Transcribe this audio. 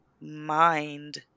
mind